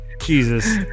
Jesus